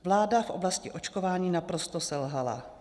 Vláda v oblasti očkování naprosto selhala.